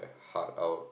heart out